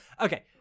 Okay